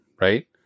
right